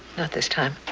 not this time.